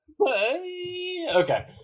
Okay